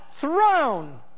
throne